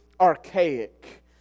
archaic